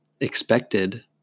expected